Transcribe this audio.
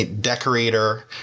decorator